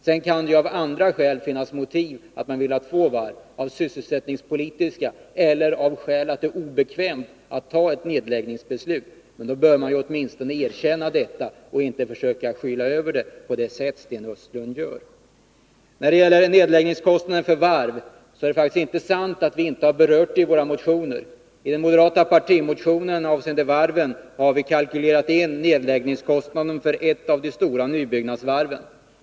Sedan kan det av andra skäl — sysselsättningspolitiska eller därför att det är obekvämt att fatta ett nedläggningsbeslut — vara motiverat att ha två varv, men då bör man åtminstone erkänna detta och inte försöka skyla över på det sätt som Sten Östlund gör. När det sedan gäller nedläggningskostnaderna för varv är det inte så att vi inte har berört den frågan i våra motioner. I den moderata partimotionen avseende varven har vi kalkylerat med nedläggningskostnaden för ett av de stora nybyggnadsvarven.